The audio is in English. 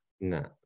No